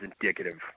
indicative